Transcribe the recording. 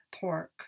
pork